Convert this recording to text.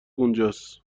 اونجاست